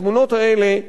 התמונות האלה,